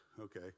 okay